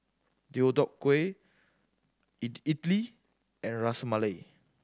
Deodeok Gui Idili and Ras Malai